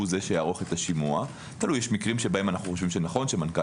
יש מקרים שבהם אנחנו חושבים שנכון שהמנכ"ל